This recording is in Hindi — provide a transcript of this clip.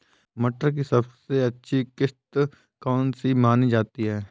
मटर की सबसे अच्छी किश्त कौन सी मानी जाती है?